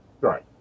right